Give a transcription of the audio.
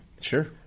Sure